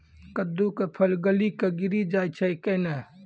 कददु के फल गली कऽ गिरी जाय छै कैने?